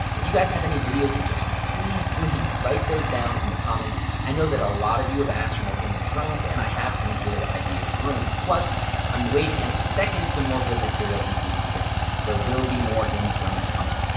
if you guys have any video suggestions, please, please, write those down in the comments. i know that a lot of you have asked for more game of thrones, and i have some good ideas brewing, plus i'm waiting and expecting some more good material in season six. there will be more game of thrones coming.